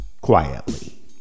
quietly